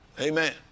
Amen